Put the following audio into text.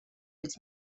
its